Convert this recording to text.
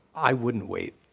i wouldn't wait.